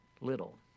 little